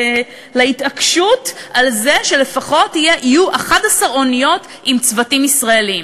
להתעקשות על זה שלפחות יהיו 11 אוניות עם צוותים ישראליים.